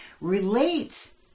relates